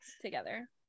together